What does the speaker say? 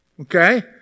okay